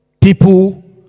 people